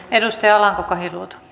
arvoisa puhemies